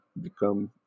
become